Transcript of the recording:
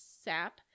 sap